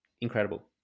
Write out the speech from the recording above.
incredible